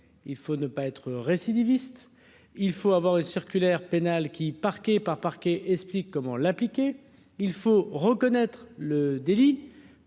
il faut ne pas être récidiviste. Il faut avoir une circulaire pénale qui parquet par parquet explique comment l'appliquer, il faut reconnaître le Daily